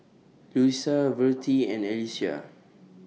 Louisa Vertie and Alesia